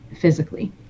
physically